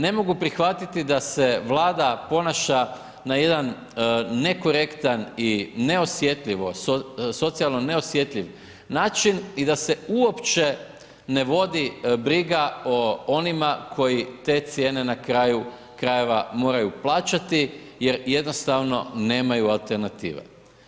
Ne mogu prihvatiti da se Vlada ponaša na jedan nekorektan i neosjetljivo, socijalno neosjetljiv način i da se uopće ne vodi briga o onima koji te cijene na kraju krajeva moraju plaćati jer jednostavno nemaju alternative.